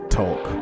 talk